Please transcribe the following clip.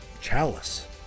chalice